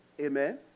Amen